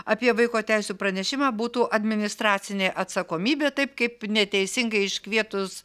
apie vaiko teisių pranešimą būtų administracinė atsakomybė taip kaip neteisingai iškvietus